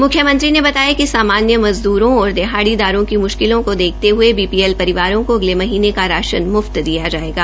मुख्यमंत्री ने बताया कि सामान्य मजदूरों और दिहाड़ीदारों की मुश्किल को देखते हये बीपीएल परिवारों को अगले महीनें का राशन म्फ्त दिया जायेगा